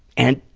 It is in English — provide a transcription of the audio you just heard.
and,